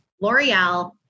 L'Oreal